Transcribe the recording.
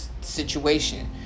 situation